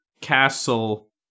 castle